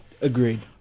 Agreed